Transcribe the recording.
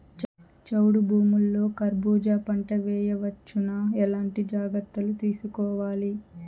చౌడు భూముల్లో కర్బూజ పంట వేయవచ్చు నా? ఎట్లాంటి జాగ్రత్తలు తీసుకోవాలి?